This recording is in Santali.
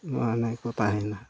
ᱠᱚ ᱛᱟᱦᱮᱱᱟ